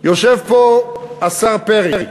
יושב פה השר פרי: